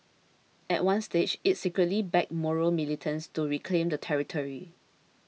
at one stage it secretly backed Moro militants to reclaim the territory